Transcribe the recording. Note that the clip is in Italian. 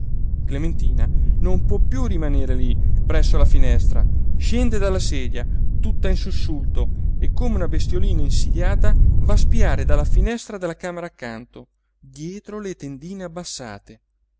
clementina non può piú rimanere lí presso la finestra scende dalla sedia tutta in sussulto e come una bestiolina insidiata va a spiare dalla finestra della camera accanto dietro le tendine abbassate